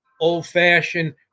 old-fashioned